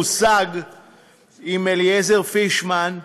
הושג עם אליעזר פישמן,